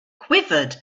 quivered